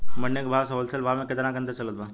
मंडी के भाव से होलसेल भाव मे केतना के अंतर चलत बा?